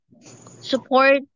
support